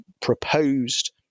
proposed